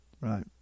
right